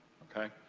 okay?